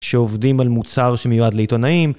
שעובדים על מוצר שמיועד לעיתונאים.